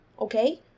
okay